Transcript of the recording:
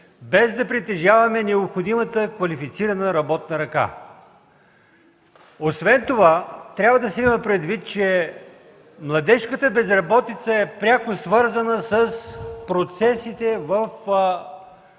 без да притежаваме необходимата квалифицирана работна ръка. Освен това трябва да се има предвид, че младежката безработица е пряко свързана с процесите в